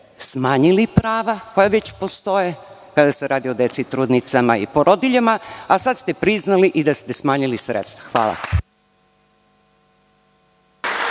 smanjili prava koja već postoje kada se radi o deci, trudnicama i porodiljama, a sada ste priznali i da ste smanjili sredstva. Hvala.